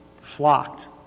Flocked